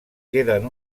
queden